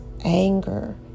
anger